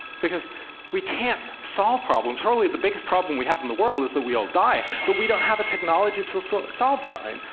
because we can't solve problems. surely the biggest problem we have in the world is that we all die. but we don't have a technology to so solve that, right?